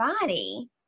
body